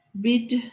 BID